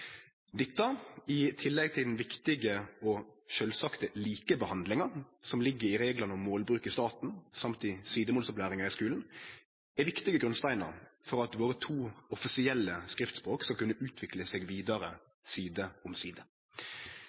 Dette i tillegg til den viktige og sjølvsagte likebehandlinga som ligg i reglane om målbruk i staten og i sidemålsopplæringa i skulen, er viktige grunnsteinar for at våre to offisielle skriftspråk skal kunne utvikle seg vidare side om side.